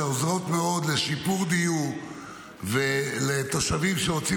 שעוזרות מאוד לשיפור דיור ולתושבים שרוצים